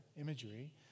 imagery